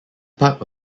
part